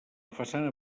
façana